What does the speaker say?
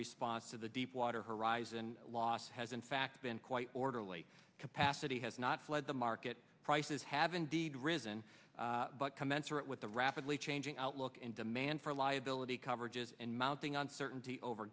response to the deepwater horizon loss has in fact been quite orderly capacity has not fled the market prices have indeed risen but commensurate with the rapidly changing outlook and demand for liability coverage is in mounting on certainty over